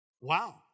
Wow